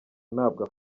ntabwo